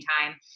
time